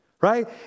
right